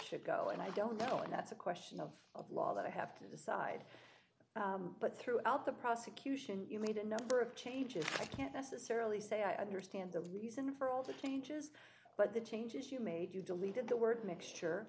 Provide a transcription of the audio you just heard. should go and i don't know if that's a question of a law that i have to decide but throughout the prosecution you need a number of changes i can't necessarily say i understand the reason for all the changes but the changes you made you deleted the word mixture